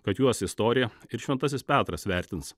kad juos istorija ir šventasis petras vertins